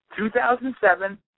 2007